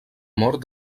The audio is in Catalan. mort